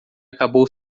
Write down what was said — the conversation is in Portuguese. acabou